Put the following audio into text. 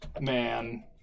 man